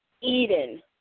Eden